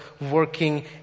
working